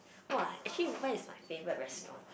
!wah! actually where is my favourite restaurant